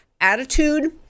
attitude